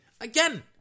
Again